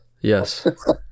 Yes